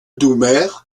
doumer